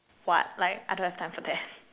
what like I don't have time for that